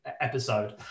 episode